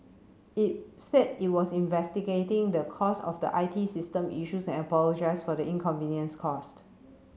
it said it was investigating the cause of the I T system issues and apologised for the inconvenience caused